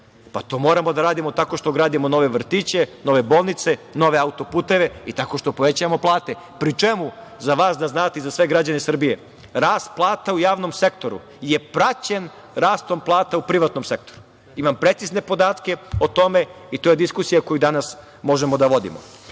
To moramo da radimo tako što gradimo nove vrtiće, nove bolnice, nove autoputeve i tako što povećavamo plate. Pri čemu, za vas da znate i za sve građane Srbije, rast plata u javnom sektoru je praćen rastom plata u privatnom sektoru. Imam precizne podatke o tome i to je diskusija koju danas možemo da vodimo. Po